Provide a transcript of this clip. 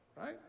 right